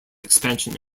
expansion